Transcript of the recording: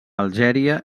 algèria